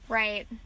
right